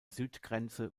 südgrenze